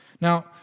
Now